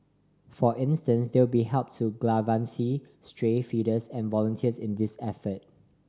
for instance they will be help to galvanise stray feeders and volunteers in these effort